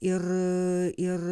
ir ir